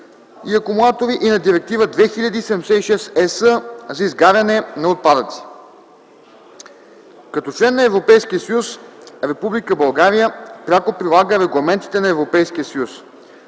и акумулатори и на Директива 2000/76/ЕС за изгаряне на отпадъци. Като член на Европейския съюз Република България пряко прилага регламентите на Европейския съюз.